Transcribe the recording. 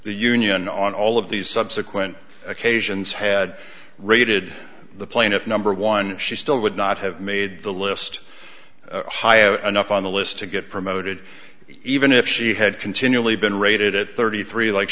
the union on all of these subsequent occasions had rated the plaintiff number one she still would not have made the list heigho enough on the list to get promoted even if she had continually been rated at thirty three like